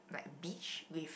like beach with